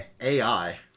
AI